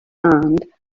and